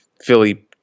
Philly –